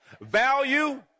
value